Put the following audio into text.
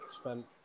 spent